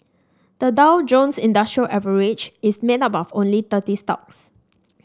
the Dow Jones Industrial Average is made up of only thirty stocks